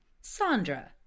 Sandra